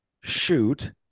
shoot